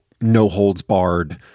no-holds-barred